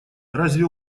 разве